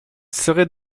serait